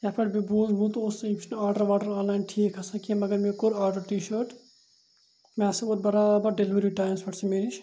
یَتھ پٮ۪ٹھ بہٕ بوٗز ووٚن تہٕ یہِ چھُنہٕ آرڈَر واڈَر آنلایِن ٹھیٖک آسان کینٛہہ مگر مےٚ کوٚر آرڈَر ٹی شٲٹ مےٚ ہَسا ووت برابر ڈیٚلؤری ٹایمَس پٮ۪ٹھ سُہ مےٚ نِش